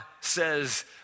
says